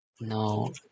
No